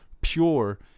pure